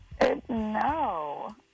No